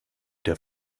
der